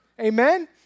Amen